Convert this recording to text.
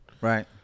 right